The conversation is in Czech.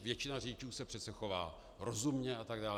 Většina řidičů se přece chová rozumě a tak dále.